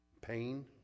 pain